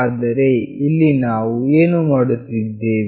ಆದರೆ ಇಲ್ಲಿ ನಾವು ಏನು ಮಾಡುತ್ತಿದ್ದೇವೆ